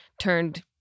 Turned